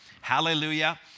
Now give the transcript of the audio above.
hallelujah